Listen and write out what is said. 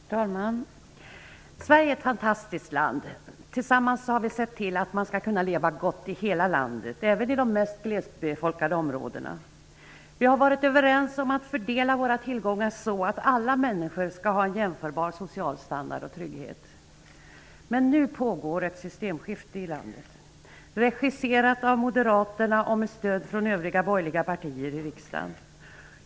Herr talman! Sverige är ett fantastiskt land. Tillsammans har vi sett till att man skall kunna leva gott i hela landet, även i de mest glesbefolkade områdena. Vi har varit överens om att fördela våra tillgångar så att alla människor skall ha en jämförbar social standard och trygghet. Men nu pågår ett systemskifte i landet, regisserat av Moderaterna och med stöd från övriga borgerliga partier i riksdagen.